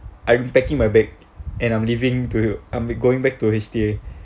I'm packing my bag and I'm leaving to I'm be going back to H_T_A